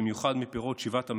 במיוחד מפירות שבעת המינים,